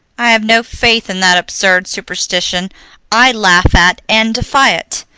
i have no faith in that absurd superstition i laugh at and defy it.